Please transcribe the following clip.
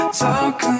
talk